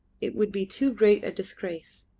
it would be too great a disgrace.